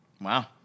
Wow